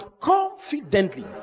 confidently